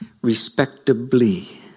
Respectably